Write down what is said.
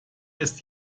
ist